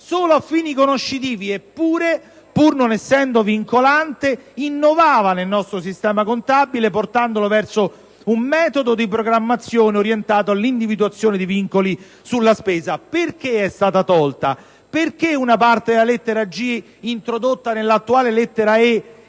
solo a fini conoscitivi, eppure, pur non essendo vincolante, innovava nel nostro sistema contabile, portandolo verso un metodo di programmazione orientato all'individuazione di vincoli sulla spesa. Perché è stato tolto? Perché avete cancellato una parte della lettera *g)*,introdotta nell'attuale lettera